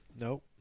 Nope